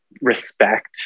respect